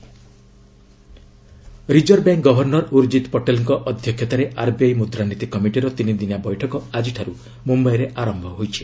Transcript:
RBI monetary policy meet reserve bank governor Urjit ପଟେଲ୍ଙ୍କ ଅଧ୍ୟକ୍ଷତାରେ RBI ମୁଦ୍ରାନୀତି କମିଟିର ତିନିଦିନିଆ ବୈଠକ ଆଜିଠାରୁ ମୁମ୍ବାଇରେ ଆରମ୍ଭ ହୋଇଛି